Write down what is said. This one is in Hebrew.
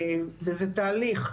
וזה תהליך.